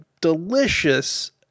delicious